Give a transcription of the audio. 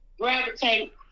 gravitate